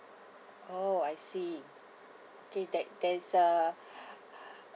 oh I see okay that there's a